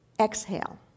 exhale